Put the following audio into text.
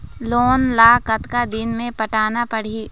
Loan ला कतका दिन मे पटाना पड़ही?